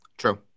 True